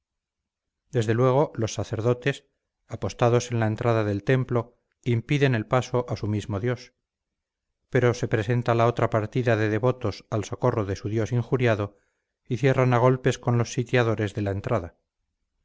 desde luego los sacerdotes apostados en la entrada del templo impiden el paso a su mismo dios pero se presenta la otra partida de devotos al socorro de su dios injuriado y cierran a golpes con los sitiadores de la entrada